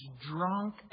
drunk